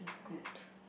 it's good